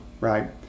right